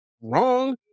wrong